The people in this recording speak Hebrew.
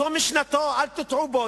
זו משנתו, אל תטעו בו.